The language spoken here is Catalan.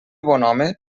bonhome